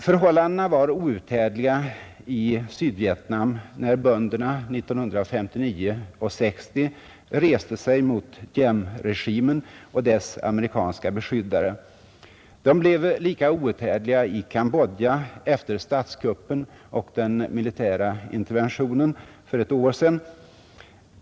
Förhållandena var outhärdliga i Sydvietnam, när bönderna 1959 och 1960 reste sig mot Diemregimen och dess amerikanska beskyddare. De blev lika outhärdliga i Cambodja efter statskuppen och den militära interventionen för ett år sedan.